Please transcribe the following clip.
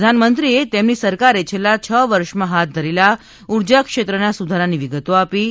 પ્રધાનમંત્રીએ તેમની સરકારે છેલ્લાં છ વર્ષમાં હાથ ધરેલા ઊર્જાક્ષેત્રના સુધારાની વિગતો આપી હતી